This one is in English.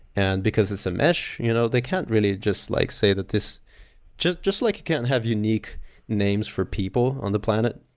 and because it's a mesh, you know they can't really just like say that this just just like you can't have unique names for people on the planet.